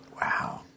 Wow